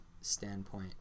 standpoint